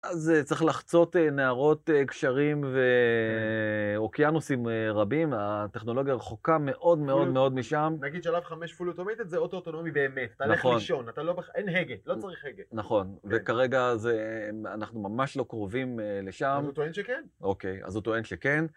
אז צריך לחצות נהרות, גשרים ואוקיינוסים רבים. הטכנולוגיה רחוקה מאוד מאוד מאוד משם. -נגיד שלב 5 פול אוטומטית זה אוטו אוטונומי באמת. -נכון. -ללכת לישון. אתה לא... אין הגה, לא צריך הגה. -נכון. וכרגע זה... אנחנו ממש לא קרובים לשם. -אבל הוא טוען שכן. -אוקיי, אז הוא טוען שכן.